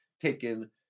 taken